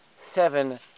seven